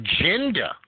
agenda